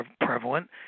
prevalent